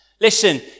Listen